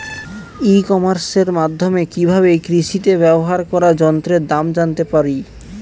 ই কমার্সের মাধ্যমে কি ভাবে কৃষিতে ব্যবহার করা যন্ত্রের দাম জানতে পারি?